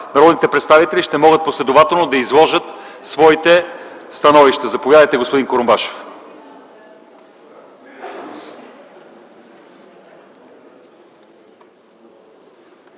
народните представители ще могат последователно да изложат своите становища. Заповядайте, господин Курумбашев.